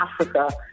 Africa